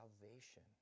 salvation